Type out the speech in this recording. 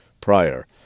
prior